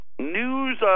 News